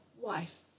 wife